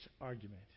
argument